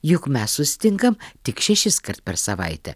juk mes susitinkam tik šešiskart per savaitę